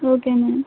okay ma'am